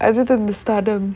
அதுதா:athuthaa the stardom